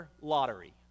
lottery